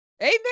Amen